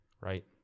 right